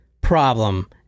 problem